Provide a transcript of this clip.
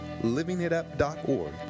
LivingItUp.org